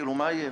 מה יהיה?